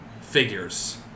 figures